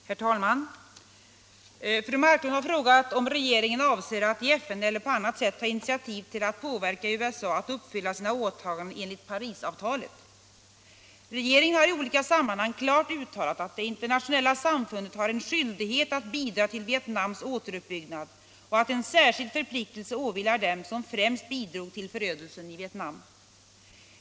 Herr talman! Fru Marklund har frågat om regeringen avser att i FN eller på annat sätt ta initiativ till att påverka USA att uppfylla sina åtaganden enligt Parisavtalet. Regeringen har i olika sammanhang klart uttalat att det internationella samfundet har en skyldighet att bidra till Vietnams återuppbyggnad och att en särskild förpliktelse åvilar dem som främst bidrog till förödelsen i Vietnam.